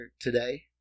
today